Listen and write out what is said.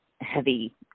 heavy